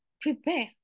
Prepare